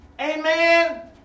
Amen